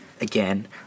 Again